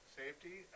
safety